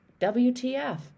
WTF